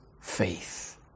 faith